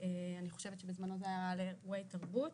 אני חושבת שבזמנו זה היה לאירועי תרבות,